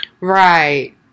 Right